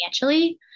financially